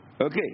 Okay